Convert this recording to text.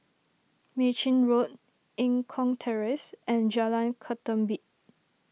Mei Chin Road Eng Kong Terrace and Jalan Ketumbit